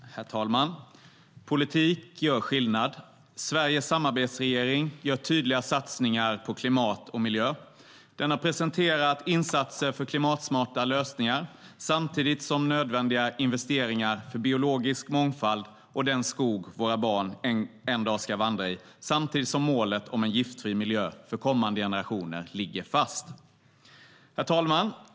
Herr talman! Politik gör skillnad. Sveriges samarbetsregering gör tydliga satsningar på klimat och miljö. Den har presenterat insatser för klimatsmarta lösningar samtidigt som nödvändiga investeringar görs för biologisk mångfald och den skog våra barn en dag ska vandra i och samtidigt som målet om en giftfri miljö för kommande generationer ligger fast. Herr talman!